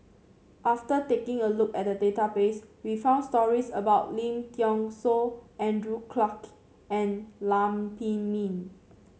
after taking a look at the database we found stories about Lim Thean Soo Andrew Clarke and Lam Pin Min